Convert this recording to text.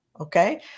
Okay